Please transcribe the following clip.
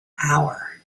hour